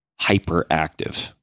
hyperactive